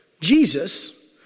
Jesus